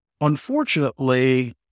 unfortunately